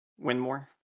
Winmore